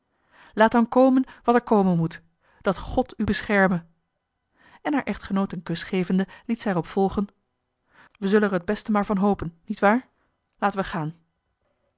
laat dan komen wat er komen moet dat god u bescherme en haar echtgenoot een kus gevende liet zij er op volgen we zullen er het beste maar van hopen niet waar laten we gaan